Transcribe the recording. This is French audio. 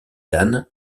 dan